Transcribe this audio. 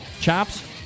Chops